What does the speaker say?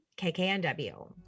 KKNW